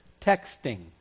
texting